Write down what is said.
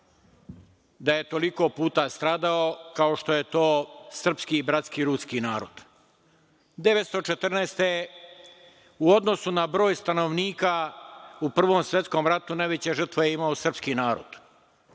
da je toliko puta stradao kao što je to srpski i bratski ruski narod. Godine 1914. u odnosu na broj stanovnika u Prvom svetskom ratu najveće žrtve je imao srpski narod.